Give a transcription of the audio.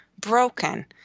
broken